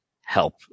help